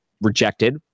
rejected